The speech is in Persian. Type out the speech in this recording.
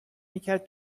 میکرد